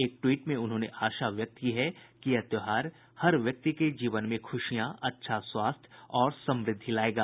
एक ट्वीट में उन्होंने आशा व्यक्त की है कि यह त्योहार हर व्यक्ति के जीवन में खुशियां अच्छा स्वास्थ्य और समृद्धि लाएगा